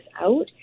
out